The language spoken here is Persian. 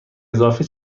اضافه